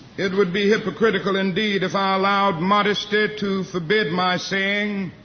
it would be hypocritical indeed if i allowed modesty to forbid my saying